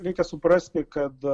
reikia suprasti kad